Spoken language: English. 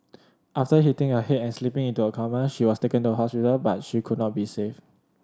after hitting her head and slipping into a coma she was taken to hospital but she could not be saved